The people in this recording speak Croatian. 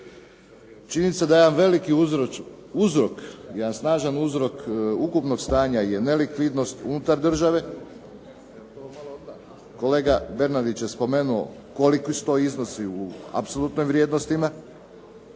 Činjenica da je jedan veliki uzrok, jedan snažan uzrok ukupnog stanja je nelikvidnost unutar države. Kolega Bernardić je spomenuo koliki su to iznosi u apsolutnim vrijednostima,